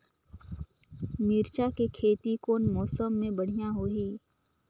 मिरचा के खेती कौन मौसम मे बढ़िया होही?